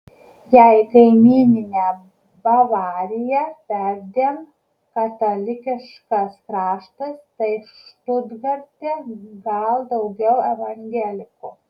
jei kaimyninė bavarija perdėm katalikiškas kraštas tai štutgarte gal daugiau evangelikų